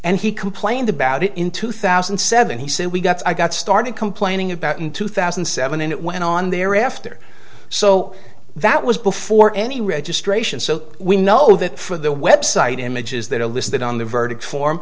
and he complained about it in two thousand and seven he said we got i got started complaining about in two thousand and seven and it went on thereafter so that was before any registration so we know that for the website images that are listed on the verdict form